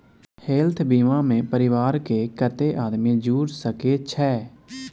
Health बीमा मे परिवार के कत्ते आदमी जुर सके छै?